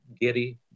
giddy